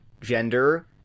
gender